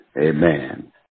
Amen